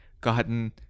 gotten